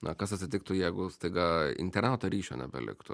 na kas atsitiktų jeigu staiga interneto ryšio nebeliktų